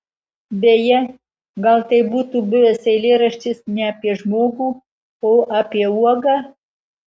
beje gal tai būtų buvęs eilėraštis ne apie žmogų o apie uogą